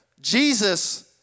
Jesus